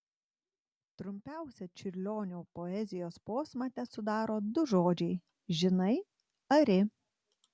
trumpiausią čiurlionio poezijos posmą tesudaro du žodžiai žinai ari